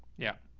yeah.